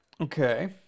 Okay